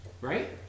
Right